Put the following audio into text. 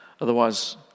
Otherwise